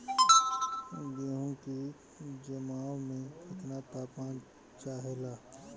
गेहू की जमाव में केतना तापमान चाहेला?